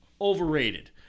overrated